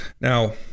Now